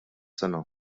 sena